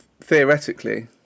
Theoretically